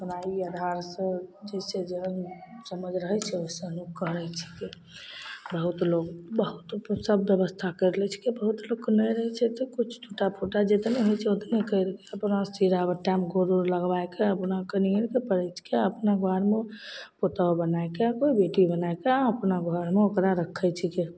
हमरा ई आधार छै जइसे जेहन लोक रहै छै ओइसन लोक करै छिकै बहुत लोक बहुत किछु सब बेबस्था करि लै छिकै बहुत लोकके नहि रहै छै तऽ किछु छोटा फुटा जतने होइ छै ओतने करिके अपना सीराबट्टामे गोर उर लगबैके अपना कनिएसँ परछिके अपना दुआरमे पुतौह बनैके बेटी बनैके अपना घरमे ओकरा रखै छिकै